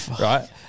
Right